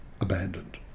abandoned